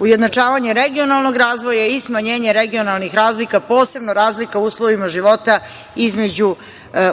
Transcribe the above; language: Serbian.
ujednačavanje regionalnog razvoja i smanjenje regionalnih razlika posebno razlika uslovima života između